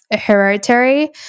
hereditary